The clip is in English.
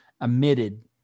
emitted